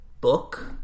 book